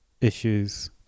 issues